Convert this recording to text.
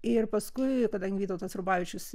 ir paskui kadangi vytautas rubavičius